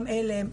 גם על"ם,